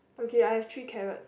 okay I have three carrots